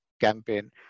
campaign